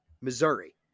Missouri